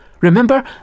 Remember